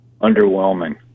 Underwhelming